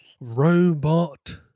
robot